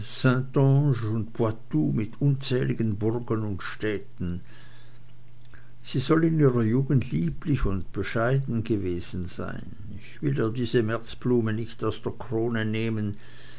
mit unzähligen burgen und städten sie soll in ihrer jugend lieblich und bescheiden gewesen sein ich will ihr diese märzblume nicht aus der krone nehmen